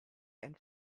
and